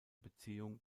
beziehung